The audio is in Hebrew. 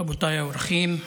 רבותיי האורחים,